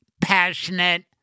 passionate